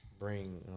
bring